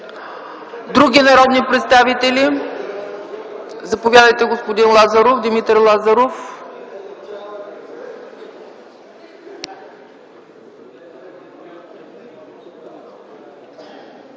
Други народни представители? Заповядайте, господин Димитър Лазаров.